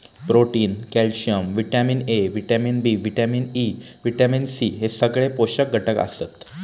protein, calcium, vitamin A, vitamin B, vitamin E, vitamin C हे सगळे पोषक घटक आसत